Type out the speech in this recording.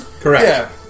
correct